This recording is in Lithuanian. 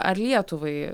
ar lietuvai